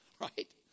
right